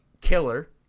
killer